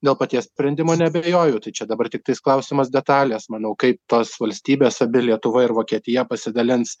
dėl paties sprendimo neabejoju tai čia dabar tiktais klausimas detalės manau kaip tos valstybės abi lietuva ir vokietija pasidalins